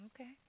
Okay